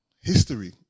history